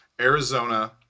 Arizona